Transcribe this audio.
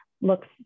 looks